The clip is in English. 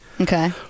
Okay